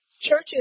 Churches